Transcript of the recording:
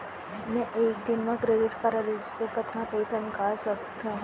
मैं एक दिन म क्रेडिट कारड से कतना पइसा निकाल सकत हो?